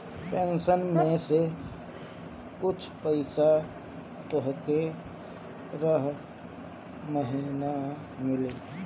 pension में से कुछ पईसा तोहके रह महिना मिली